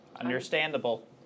Understandable